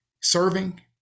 serving